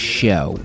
show